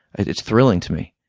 it's thrilling to me